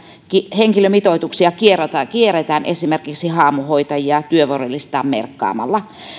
henkilömitoituksia kierretään esimerkiksi haamuhoitajia työvuorolistaan merkkaamalla